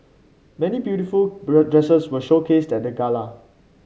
many beautiful dresses were showcased at the gala